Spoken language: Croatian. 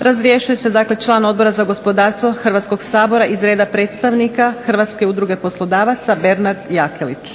Razrješuje se dakle član Odbora za gospodarstvo Hrvatskog sabora iz reda predstavnika HUP-a Bernard Jakelić.